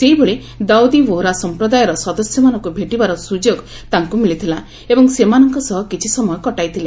ସେହିଭଳି ଦାଉଦୀ ବୋହରା ସମ୍ପ୍ରଦାୟର ସଦସ୍ୟମାନଙ୍କୁ ଭେଟିବାର ସୁଯୋଗ ତାଙ୍କୁ ମିଳିଥିଲା ଏବଂ ସେମାନଙ୍କ ସହ କିଛିସମୟ କଟାଇଥିଲେ